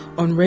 on